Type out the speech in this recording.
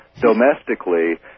domestically